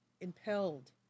impelled